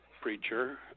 preacher